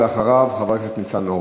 ואחריו חבר הכנסת ניצן הורוביץ.